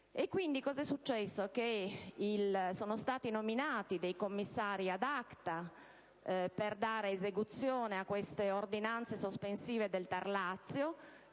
insegnanti. È successo che sono stati nominati commissari *ad acta* per dare esecuzione a queste ordinanze sospensive del TAR Lazio